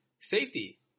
Safety